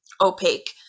opaque